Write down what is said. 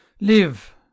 Live